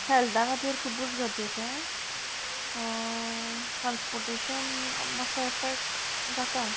हेल्ता खातीर खुबूच गरजेचें ट्रान्सपोटेशन मातसो एफेक्ट जाता